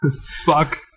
Fuck